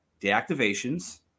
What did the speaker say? Deactivations